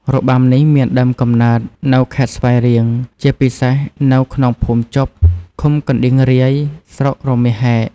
របាំនេះមានដើមកំណើតនៅខេត្តស្វាយរៀង ជាពិសេសនៅក្នុងភូមិជប់ ឃុំកណ្តៀងរាយ ស្រុករមាសហែក។